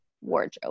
wardrobe